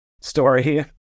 story